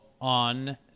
on